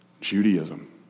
Judaism